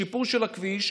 שיפור של הכביש,